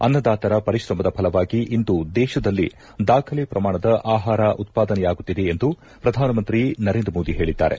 ಅನ್ನದಾತರ ಪರಿಶ್ರಮದ ಫಲವಾಗಿ ಇಂದು ದೇಶದಲ್ಲಿ ದಾಖಲೆ ಪ್ರಮಾಣದ ಆಹಾರ ಉತ್ಪಾದನೆಯಾಗುತ್ತಿದೆ ಎಂದು ಪ್ರಧಾನಮಂತ್ರಿ ನರೇಂದ್ರ ಮೋದಿ ಹೇಳಿದ್ದಾರೆ